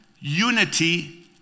unity